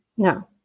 No